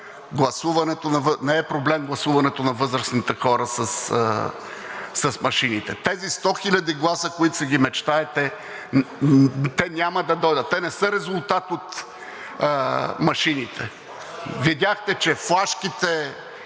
гласуването на възрастните хора с машините. Тези 100 хиляди гласа, които си ги мечтаете, те няма да дойдат, те не са резултат от машините. Видяхте, че флашките,